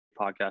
podcast